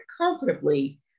comfortably